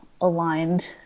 aligned